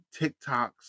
TikToks